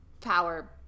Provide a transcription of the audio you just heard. power